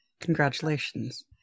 Congratulations